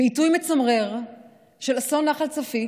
בעיתוי מצמרר של אסון נחל צפית,